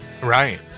Right